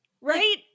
Right